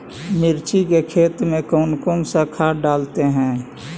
मिर्ची के खेत में कौन सा खाद डालते हैं?